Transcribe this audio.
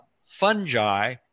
fungi